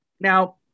Now